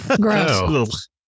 Gross